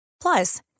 Plus